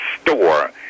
store